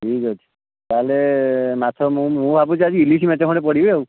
ଠିକ୍ ଅଛି ତା'ହେଲେ ମାଛ ମୁଁ ମୁଁ ଭାବୁଛି ଆଜି ଇଲିଶି ମାଛ ଖଣ୍ଡେ ପଡ଼ିବେ ଆଉ